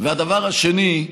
והדבר השני,